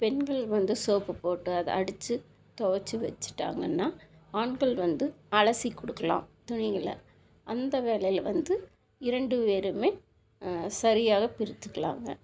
பெண்கள் வந்து சோப்பு போட்டு அதை அடிச்சு துவச்சு வச்சுட்டாங்கன்னா ஆண்கள் வந்து அலசி கொடுக்கலாம் துணிங்களை அந்த வேலையில் வந்து இரண்டு பேருமே சரியாக பிரிச்சுக்குலாங்க